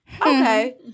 Okay